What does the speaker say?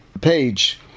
page